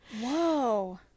Whoa